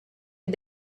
had